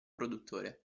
produttore